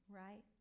right